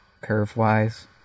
curve-wise